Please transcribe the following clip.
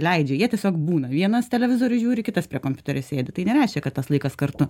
leidžia jie tiesiog būna vienas televizorių žiūri kitas prie kompiuterio sėdi tai nereiškia kad tas laikas kartu